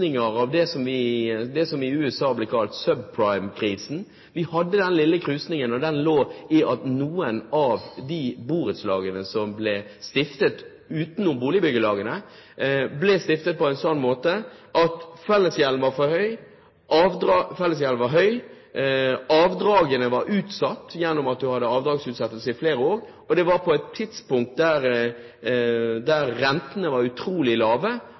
krusninger av det som i USA ble kalt subprime-krisen. Vi hadde den lille krusningen, og den lå i at noen av de borettslagene som ble stiftet utenom boligbyggelagene, ble stiftet på en slik måte at fellesgjelden var for høy, avdragene var utsatt ved at man hadde avdragsutsettelse i flere år, og dette var på et tidspunkt da rentene var utrolig lave.